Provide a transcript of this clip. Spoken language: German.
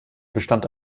bestand